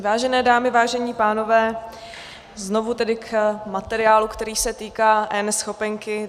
Vážené dámy, vážení pánové, znovu tedy k materiálu, který se týká eNeschopenky.